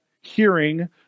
hearing